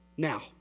Now